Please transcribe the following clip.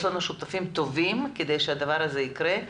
יש לנו שותפים טובים כדי שהדבר הזה יקרה.